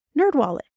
Nerdwallet